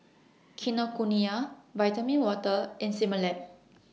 Kinokuniya Vitamin Water and Similac